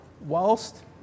whilst